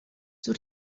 zur